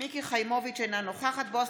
אינה נוכחת בועז